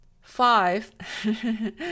five